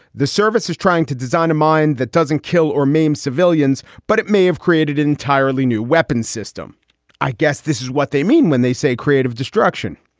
the service is trying to design a mind that doesn't kill or maim civilians, but it may have created an entirely new weapon system i guess this is what they mean when they say creative destruction.